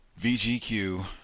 VGQ